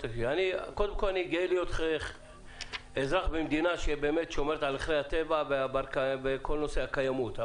אני גאה להיות אזרח במדינה שבאמת שומרת על ערכי הטבע וכל נושא הקיימות.